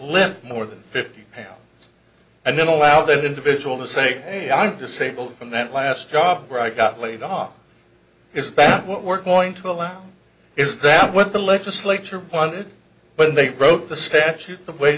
live more than fifty pounds and then allow that individual to say hey i'm disabled from that last job where i got laid off is that what we're going to allow is that what the legislature wanted but they wrote the statute the way